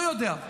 לא יודע,